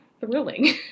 thrilling